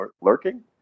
lurking